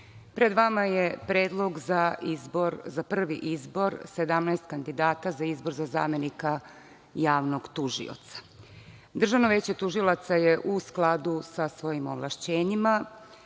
pred vama je predlog za prvi izbor 17 kandidata za izbor za zamenika javnog tužioca. Državno veće tužilaca je u skladu sa svojim ovlašćenjima